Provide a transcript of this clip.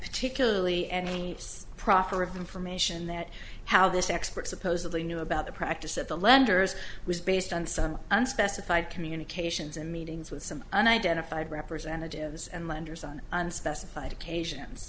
particularly any proffer of information that how this expert supposedly knew about the practice of the lenders was based on some unspecified communications and meetings with some unidentified representatives and lenders on unspecified occasions